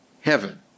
heaven